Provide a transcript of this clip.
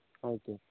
okay